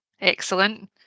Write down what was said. Excellent